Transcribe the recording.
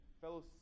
fellow